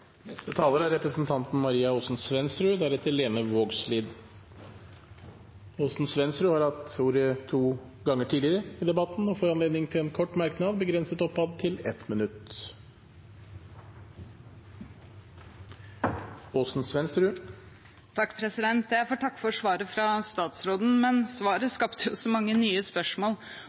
Maria Aasen-Svensrud har hatt ordet to ganger tidligere og får ordet til en kort merknad, begrenset til 1 minutt. Jeg får takke for svaret fra statsråden, men svaret skapte jo så mange nye spørsmål.